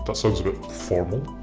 but sort of a bit formal,